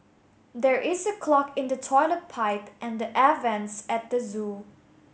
there is a clog in the toilet pipe and the air vents at the zoo